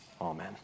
Amen